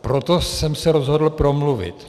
Proto jsem se rozhodl promluvit.